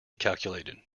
calculated